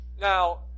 Now